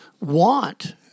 want